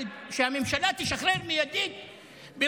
שהממשלה תשחרר מיידית את החטופים,